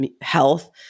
health